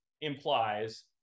implies